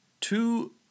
two